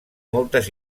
moltes